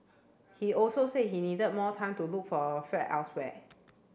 he also said he needed more time to look for a flat elsewhere